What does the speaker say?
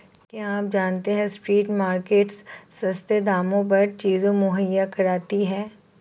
क्या आप जानते है स्ट्रीट मार्केट्स सस्ते दामों पर चीजें मुहैया कराती हैं?